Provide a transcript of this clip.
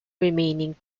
remaining